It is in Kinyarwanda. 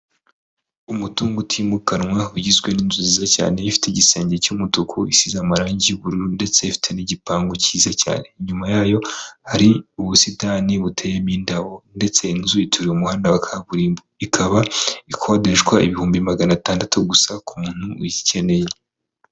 Umutungo utimukanwa ugizwe n'inzu nziza cyane ifite igisenge cy'umutuku, isize amarangi y'ubururu ndetse ifite n'igipangu cyiza cyane, inyuma yayo hari ubusitani buteyemo indabo ndetse inzu ituriye umuhanda wa kaburimbo, ikaba ikodeshwa ibihumbi magana atandatu gusa ku muntu uyikeneye.